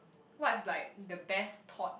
what's like the best thought